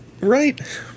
Right